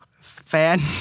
Fan